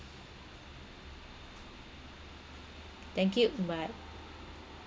thank you bye